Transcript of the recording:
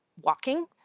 walking